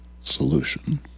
solution